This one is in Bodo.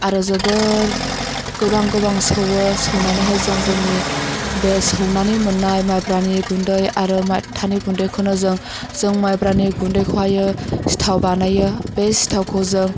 आरो जोबोद गोबां गोबां सौवो सौनानैहाय जों जोंनि बे सौनानै मोननाय माइब्रानि गुन्दै आरो माथानि गुन्दैखौनो जों जों माइब्रानि गुन्दैखौहायो सिथाव बानायो बे सिथावखौ जों